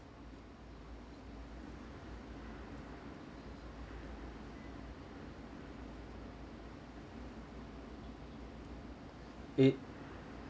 eight